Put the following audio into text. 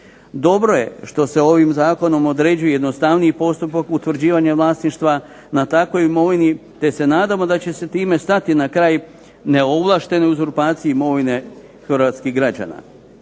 Dobro je što se ovim zakonom određuje jednostavniji postupak utvrđivanja vlasništva na takvoj imovini te se nadamo da će se time stati na kraj neovlaštenoj uzurpaciji imovine hrvatskih građana.